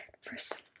First